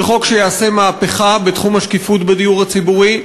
זה חוק שיעשה מהפכה בתחום השקיפות בדיור הציבורי,